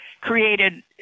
created